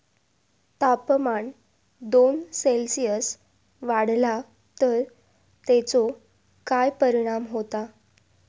तापमान दोन सेल्सिअस वाढला तर तेचो काय परिणाम होता?